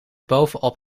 bovenop